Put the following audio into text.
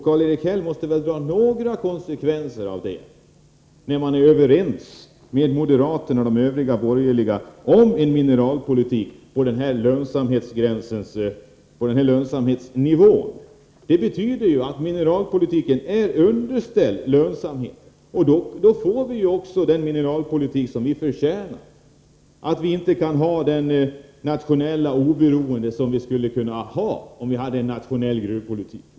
Karl-Erik Häll måste väl dra några konsekvenser av att socialdemokraterna är överens med moderaterna och de övriga borgerliga partierna om en mineralpolitik på denna lönsamhetsnivå. Det betyder ju att mineralpoiitiken är underställd lönsamheten — och därmed får vi den mineralpolitik som vi förtjänar. Vi har alltså inte det nationella oberoende som vi skulle kunna ha om vi hade en nationell gruvpolitik.